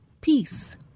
peace